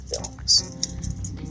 films